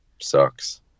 sucks